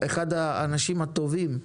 הוא אחד האנשים הטובים.